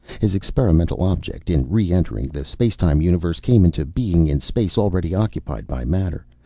his experimental object, in re-entering the space-time universe, came into being in space already occupied by matter.